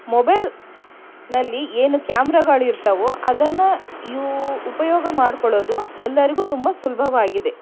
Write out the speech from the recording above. ಮೊಬೈಲ್ನಲ್ಲಿ ಏನು ಕ್ಯಾಮ್ರಾಗಳಿರ್ತವೋ ಅದನ್ನು ಯೂ ಉಪಯೋಗ ಮಾಡ್ಕೊಳ್ಳೋದು ಎಲ್ಲರಿಗೂ ತುಂಬ ಸುಲಭವಾಗಿದೆ